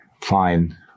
fine